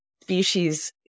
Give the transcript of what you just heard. species